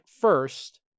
first